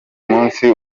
munsi